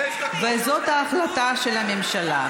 וזאת ההחלטה של הממשלה.